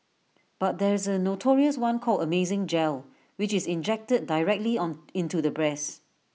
but there is A notorious one called amazing gel which is injected directly on into the breasts